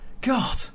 God